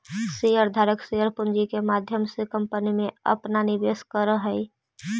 share धारक share पूंजी के माध्यम से कंपनी में अपना निवेश करऽ हई